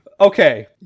Okay